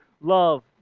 love